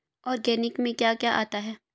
Organic में क्या क्या आता है?